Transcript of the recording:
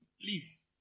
Please